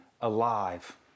alive